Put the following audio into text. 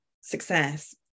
success